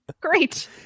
great